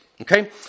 okay